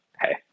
hey